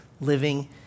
living